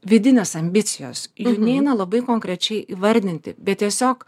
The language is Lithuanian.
vidinės ambicijos neina labai konkrečiai įvardinti bet tiesiog